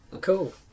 Cool